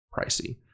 pricey